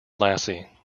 lassie